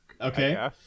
Okay